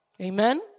Amen